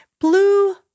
Blue